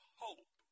hope